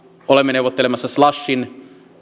olemme neuvottelemassa slushin